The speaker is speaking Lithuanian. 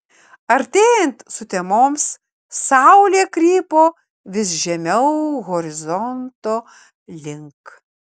artėjant sutemoms saulė krypo vis žemiau horizonto link